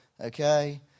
okay